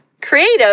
creative